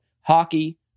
hockey